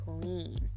clean